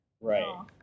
Right